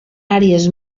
àrees